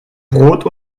brot